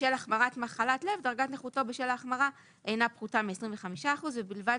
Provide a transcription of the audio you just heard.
בשל החמרת מחלת לב דרגת נכותו בשל ההחמרה אינה פחותה מ-25% ובלבד